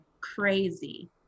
crazy